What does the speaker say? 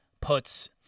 puts